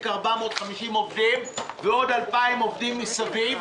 450 עובדים ועוד 2,000 עובדים מסביב,